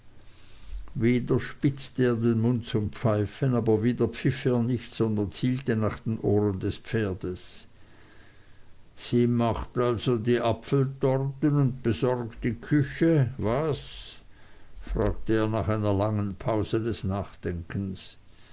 wieder spitzte er den mund zum pfeifen aber wieder pfiff er nicht sondern zielte nach den ohren des pferdes sie macht also die äpfeltorten und besorgt die küche was fragte er nach einer langen pause des nachdenkens